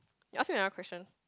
you ask me another question